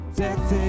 death